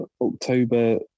October